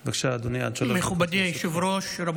בבקשה, אדוני, עד שלוש דקות לרשותך.